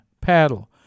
paddle